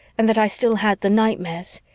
and that i still had the nightmares,